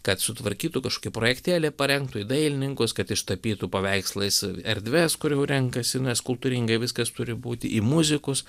kad sutvarkytų kažkokį projektėlį parengtų į dailininkus kad ištapytų paveikslais erdves kur jau renkasi nes kultūringai viskas turi būti į muzikus